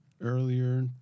earlier